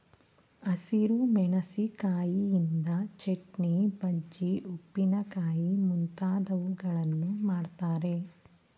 ಹಸಿರು ಮೆಣಸಿಕಾಯಿಯಿಂದ ಚಟ್ನಿ, ಬಜ್ಜಿ, ಉಪ್ಪಿನಕಾಯಿ ಮುಂತಾದವುಗಳನ್ನು ಮಾಡ್ತರೆ